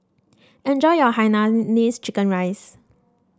enjoy your Hainanese Chicken Rice